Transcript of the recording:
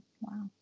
wow